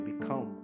become